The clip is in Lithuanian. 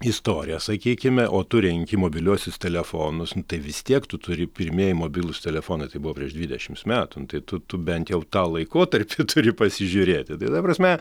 istorija sakykime o tu renki mobiliuosius telefonus tai vis tiek tu turi pirmieji mobilūs telefonai tai buvo prieš dvidešims metų tai tu tu bent jau tą laikotarpį turi pasižiūrėti tai ta prasme